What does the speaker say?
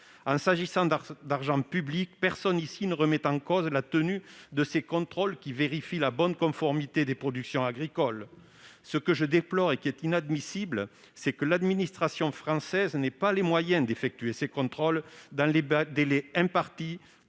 S'agissant d'argent public, personne ici ne remet en cause la légitimité de ces contrôles, qui permettent de vérifier la conformité des productions agricoles. Ce que je déplore et qui est inadmissible, c'est que l'administration française n'ait pas les moyens d'effectuer ces contrôles dans les délais requis